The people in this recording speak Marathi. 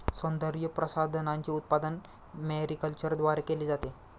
सौंदर्यप्रसाधनांचे उत्पादन मॅरीकल्चरद्वारे केले जाते